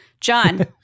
John